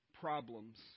problems